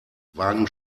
wagen